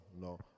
no